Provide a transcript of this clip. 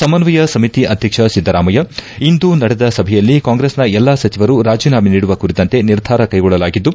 ಸಮನ್ವಯ ಸಮಿತಿ ಅಧ್ಯಕ್ಷ ಸಿದ್ದರಾಮಯ್ಯ ಇಂದು ನಡೆದ ಸಭೆಯಲ್ಲಿ ಕಾಂಗ್ರೆಸ್ನ ಎಲ್ಲಾ ಸಚಿವರು ರಾಜನಾಮೆ ನೀಡುವ ಕುರಿತಂತೆ ನಿರ್ಧಾರ ಕೈಗೊಳ್ಳಲಾಗಿದ್ದು